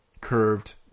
curved